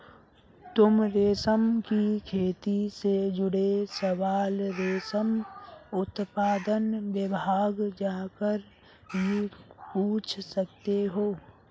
तुम रेशम की खेती से जुड़े सवाल रेशम उत्पादन विभाग जाकर भी पूछ सकते हो